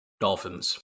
Dolphins